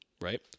right